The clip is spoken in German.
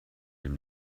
dem